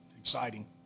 exciting